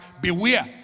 Beware